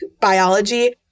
biology